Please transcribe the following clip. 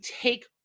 take